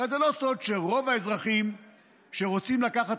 הרי זה לא סוד שרוב האזרחים שרוצים לקחת